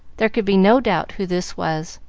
there could be no doubt who this was,